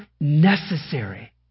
necessary